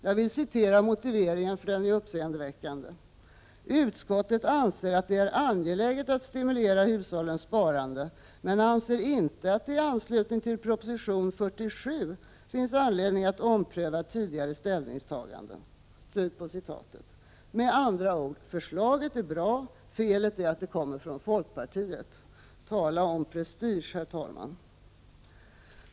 Jag vill citera motiveringen, för den är uppseendeväckande: ”Utskottet anser att det är angeläget att stimulera hushållens sparande men anser inte att det i anslutning till proposition 47 finns anledning till att ompröva tidigare ställningstaganden.” Med andra ord: förslaget är bra — felet är att det kommer från folkpartiet. Tala om prestige, herr talman!